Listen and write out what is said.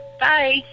Bye